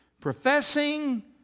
professing